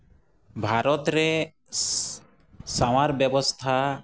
ᱵᱷᱟᱨᱚᱛ ᱨᱮ ᱥᱟᱶᱟᱨ ᱵᱮᱵᱚᱥᱛᱷᱟ